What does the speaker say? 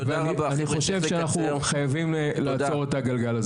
אני חושב שאנחנו חייבים לעצור את הגלגל הזה.